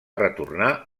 retornar